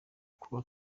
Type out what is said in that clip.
kuba